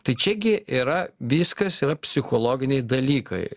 tai čiagi yra viskas yra psichologiniai dalykai